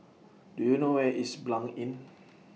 Do YOU know Where IS Blanc Inn